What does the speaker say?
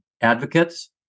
advocates